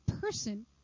person